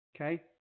Okay